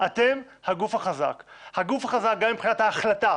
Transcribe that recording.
אתם הגוף החזק, גם מבחינת ההחלטה.